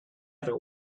other